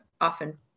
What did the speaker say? often